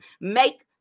Make